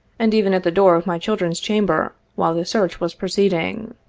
and even at the door of my children's chamber while this search was proceeding.